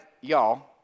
y'all